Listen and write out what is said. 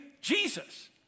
Jesus